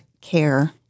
care